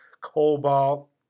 cobalt